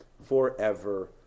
forever